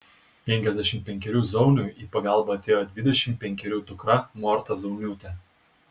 penkiasdešimt penkerių zauniui į pagalbą atėjo dvidešimt penkerių dukra morta zauniūtė